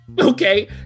Okay